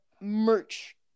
merch